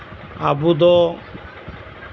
ᱟᱵᱚ ᱫᱚ